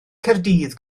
caerdydd